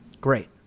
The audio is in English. Great